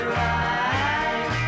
right